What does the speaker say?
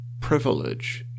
privilege